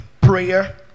prayer